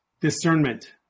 Discernment